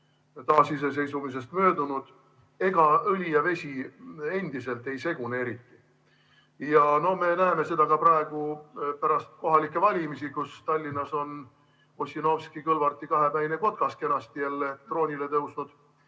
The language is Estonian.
taasiseseisvumisest möödunud, õli ja vesi endiselt ei segune eriti. No me näeme seda ka praegu pärast kohalikke valimisi, kus Tallinnas on Ossinovski-Kõlvarti kahepäine kotkas kenasti jälle troonile tõusnud.